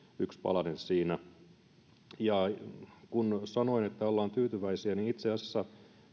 yksi palanen siinä ja kun sanoin että olemme tyytyväisiä niin itse asiassa